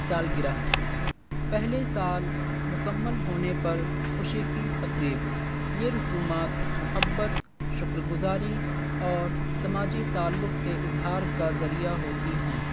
سالگررہ پہلے سال مکمل ہونے پر خوشی کی تقریب یہ رسومات محبت شکرگزاری اور سماجی تعلق کے اظہار کا ذریعہ ہوتی ہیں